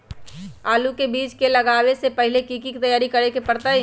आलू के बीज के लगाबे से पहिले की की तैयारी करे के परतई?